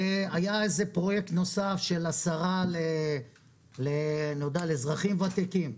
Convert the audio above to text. היה פרויקט נוסף של השרה לאזרחים ותיקים,